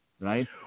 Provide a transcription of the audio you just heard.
right